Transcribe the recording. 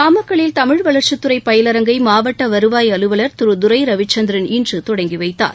நாமக்கல்லில் தமிழ் வளர்ச்சித்துறை பயிலரங்கை மாவட்ட வருவாய் அலுவலர் திரு துரை ரவிச்சந்திரன் இன்று தொடங்கிவைத்தார்